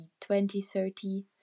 20-30